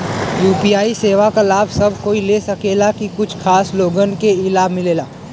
UPI सेवा क लाभ सब कोई ले सकेला की कुछ खास लोगन के ई लाभ मिलेला?